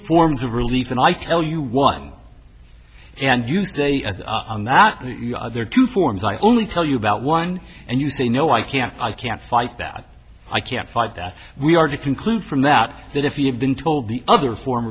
forms of relief and i tell you one and you say on that the other two forms i only tell you about one and you say no i can't i can't fight that i can't fight that we are to conclude from that that if you had been told the other form